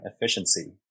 efficiency